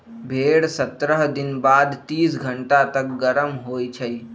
भेड़ सत्रह दिन बाद तीस घंटा तक गरम होइ छइ